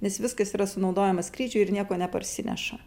nes viskas yra sunaudojama skrydžiui ir nieko neparsineša